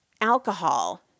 alcohol